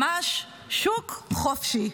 ממש שוק חופשי.